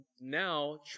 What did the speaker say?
now